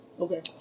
Okay